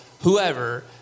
whoever